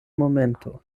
momento